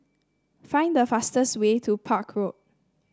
find the fastest way to Park Road